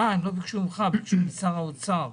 אה, הם לא ביקשו ממך אלא משר האוצר.